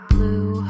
Blue